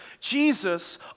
Jesus